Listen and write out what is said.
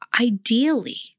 Ideally